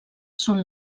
són